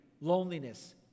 loneliness